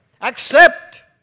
Accept